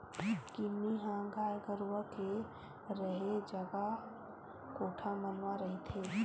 किन्नी ह गाय गरुवा के रेहे जगा कोठा मन म रहिथे